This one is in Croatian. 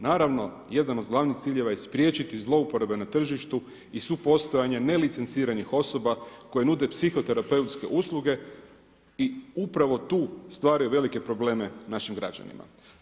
Naravno, jedan od glavnih ciljeva je spriječiti zloupotrebe na tržištu i supostojanje nelicenciranih osoba koje nude psihoterapeutske usluge i upravo tu stvaraju velike probleme našim građanima.